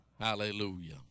Hallelujah